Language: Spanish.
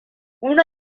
uno